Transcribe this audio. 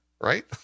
right